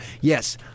yes